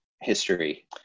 history